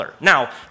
Now